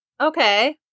Okay